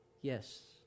Yes